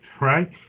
right